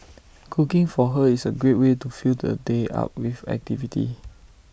cooking for her is A great way to fill the day up with activity